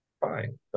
fine